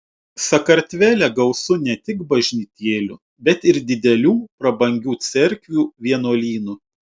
sakartvele gausu ne tik bažnytėlių bet ir didelių prabangių cerkvių vienuolynų